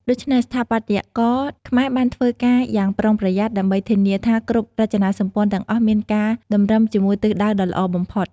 ដូច្នេះ ស្ថាបត្យករខ្មែរបានធ្វើការយ៉ាងប្រុងប្រយ័ត្នដើម្បីធានាថាគ្រប់រចនាសម្ព័ន្ធទាំងអស់មានការតម្រឹមជាមួយទិសដៅដ៏ល្អបំផុត។